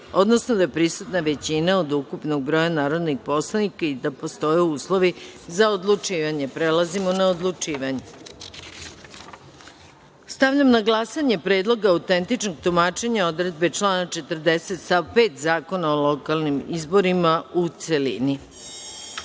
odnosno da je prisutna većina od ukupnog broja narodnih poslanika i da postoje uslovi za odlučivanje. Stavljam na glasanje Predlog autentičnog tumačenja odredbe člana 40. stav 5. Zakona o lokalnim izborima, u